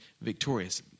victorious